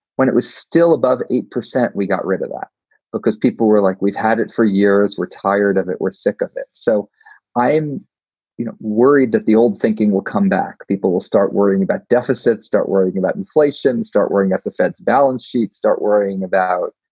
when it was still above eight percent, we got rid of that because people were like, we've had it for years. we're tired of it. we're sick of it. so i am you know worried that the old thinking will come back. people will start worrying about deficits, start worrying about inflation, and start worrying that the fed's balance sheet start worrying about,